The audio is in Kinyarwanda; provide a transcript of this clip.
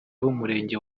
b’umurenge